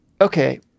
Okay